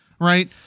right